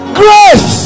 grace